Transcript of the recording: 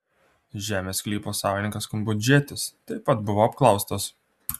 žemės sklypo savininkas kambodžietis taip pat buvo apklaustas